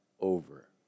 over